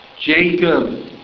Jacob